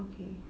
okay